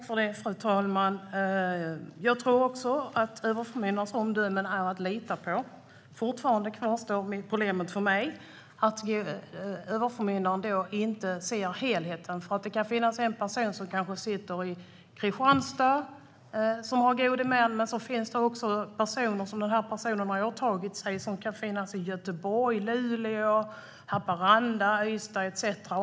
Fru talman! Jag tror också att överförmyndarens omdöme är att lita på. Fortfarande kvarstår problemet för mig att en överförmyndare inte ser helheten. En god man sitter i Kristianstad, men sedan kan den gode mannen ha åtagit sig uppdrag i Göteborg, Luleå, Haparanda, Ystad etcetera.